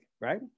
right